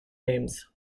names